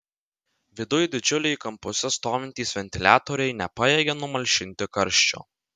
viduj didžiuliai kampuose stovintys ventiliatoriai nepajėgė numalšinti karščio